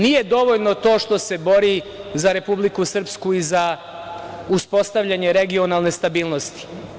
Nije dovoljno to što se bori za Republiku Srpsku i za uspostavljanje regionalne stabilnosti.